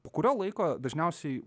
po kurio laiko dažniausiai